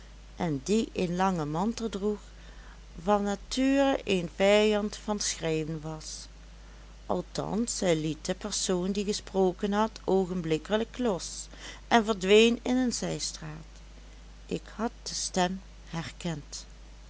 en die een langen mantel droeg van nature een vijand van schreeuwen was althans hij liet de persoon die gesproken had oogenblikkelijk los en verdween in een zijstraat ik had de stem herkend